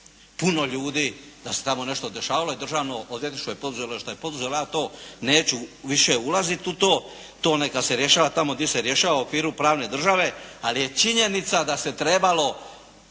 puno ljudi da se tamo nešto dešavalo i državno odvjetništvo je poduzelo što je poduzelo, ja to neću više ulaziti u to, to neka se rješava tamo gdje se rješava u okviru pravne države, ali je činjenica da se trebalo